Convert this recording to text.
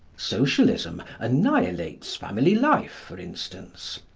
socialism annihilates family life, for instance.